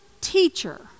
teacher